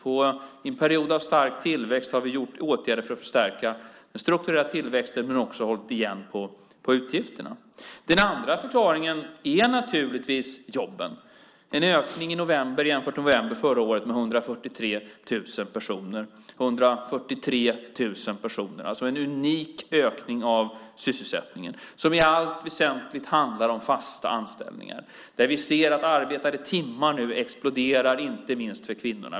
I en period av stark tillväxt har vi vidtagit åtgärder för att förstärka den strukturella tillväxten, men också hållit igen på utgifterna. Den andra förklaringen är naturligtvis jobben. En ökning i november jämfört med november förra året med 143 000 personer, alltså en unik ökning av sysselsättning som i allt väsentligt handlar om fasta anställningar, där vi ser att arbetade timmar nu exploderar inte minst för kvinnorna.